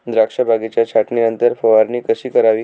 द्राक्ष बागेच्या छाटणीनंतर फवारणी कशी करावी?